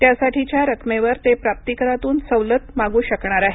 त्यासाठीच्या रकमेवर ते प्राप्तिकरातून सवलत मागू शकणार आहेत